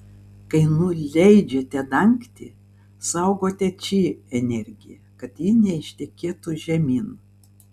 kai nuleidžiate dangtį saugote či energiją kad ji neištekėtų žemyn